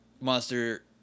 Monster